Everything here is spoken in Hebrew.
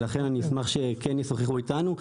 ואשמח שישוחחו איתנו.